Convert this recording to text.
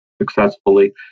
successfully